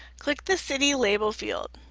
click the city label field,